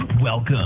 Welcome